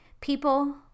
People